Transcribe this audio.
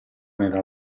nella